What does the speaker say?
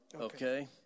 Okay